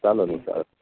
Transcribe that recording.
चालंल चा